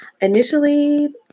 initially